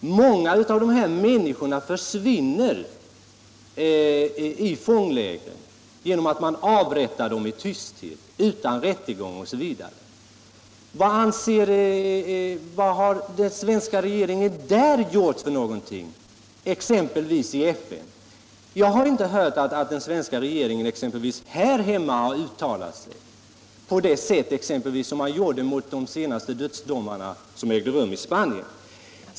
Många av de här människorna försvinner i fånglägren genom att man avrättar dem i tysthet utan rättegång osv. Vad har den svenska regeringen gjort på den punkten, exempelvis i FN? Jag har inte hört att den svenska regeringen här hemma har uttalat sig på det sätt som den t.ex. gjorde mot de senaste dödsdomarna i Spanien.